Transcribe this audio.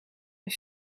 een